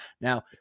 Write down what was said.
Now